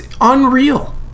unreal